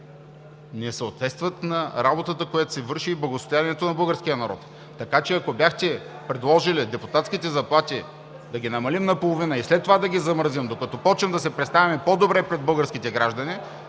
не съответстват на работата, която се върши, и благосъстоянието на българския народ. Така че, ако бяхте предложили депутатските заплати да ги намалим наполовина и след това да ги замразим, докато започнем да се представяме по-добре пред българските граждани,